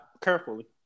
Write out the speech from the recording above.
carefully